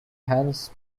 hans